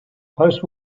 post